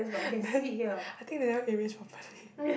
then I think they never erase properly